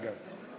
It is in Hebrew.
אגב,